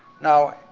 now,